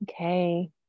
Okay